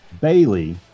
Bailey